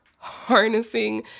harnessing